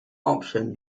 option